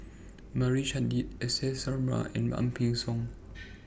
Meira Chand S S Sarma and Ang Peng Siong